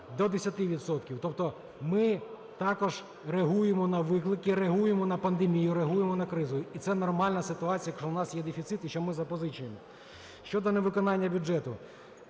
відсотків. Тобто ми також реагуємо на виклики, реагуємо на пандемію, реагуємо на кризу, і це нормальна ситуація, якщо у нас є дефіцит і що ми запозичуємо. Щодо невиконання бюджету.